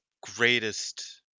greatest